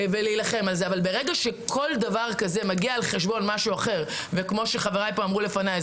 אבל ברגע שכל דבר כזה מגיע על חשבון משהו אחר כמו שחבריי אמרו לפניי,